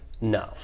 no